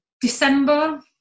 December